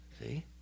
See